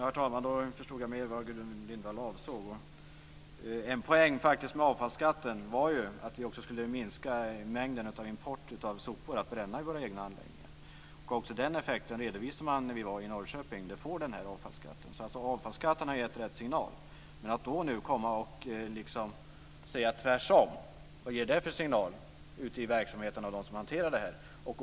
Herr talman! Då förstår jag bättre vad Gudrun En poäng med avfallsskatten var ju att vi också skulle minska mängden import av sopor att bränna i våra egna anläggningar. Också den effekten redovisade man när vi var i Norrköping. Avfallsskatten har alltså gett en signal. Men att nu då komma och säga tvärtom, vad ger det för signal ute i verksamheten till dem som hanterar detta?